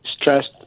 stressed